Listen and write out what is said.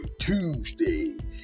Tuesday